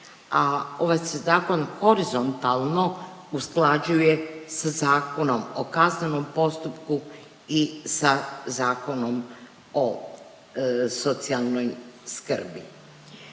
a ovaj se zakon horizontalno usklađuje se Zakonom o kaznenom postupku i sa Zakonom o socijalnoj skrbi.